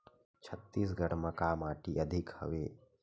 छत्तीसगढ़ म का माटी अधिक हवे?